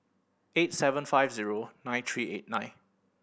eight seven five zero nine three eight nine